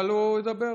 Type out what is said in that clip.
אבל הוא ידבר כבר.